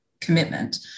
commitment